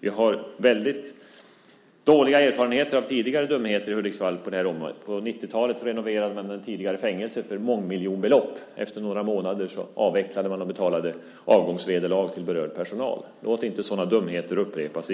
Vi har väldigt dåliga erfarenheter av tidigare dumheter i Hudiksvall på det här området. På 90-talet renoverade man det tidigare fängelset för många miljoner. Efter några månader avvecklade man och betalade avgångsvederlag till berörd personal. Låt inte sådana dumheter upprepas.